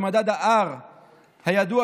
ומדד ה-R הידוע,